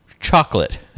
chocolate